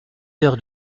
heures